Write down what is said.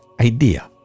idea